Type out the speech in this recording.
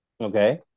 Okay